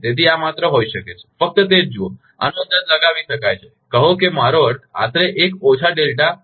તેથી આ માત્ર હોઈ શકે છે ફક્ત તે જ જુઓ આનો અંદાજ લગાવી શકાય છે કહો કે મારો અર્થ આશરે એક ઓછા ડેલ્ટા પી